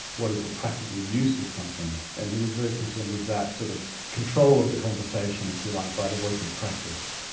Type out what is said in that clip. what is the practical use of something. and he was very concerned with that sort of control of the conversation, if you like, by the voice of practice.